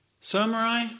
Samurai